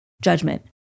judgment